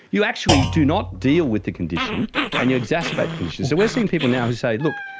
you actually do not deal with the condition and you exacerbate the condition. so we are seeing people now who say, look,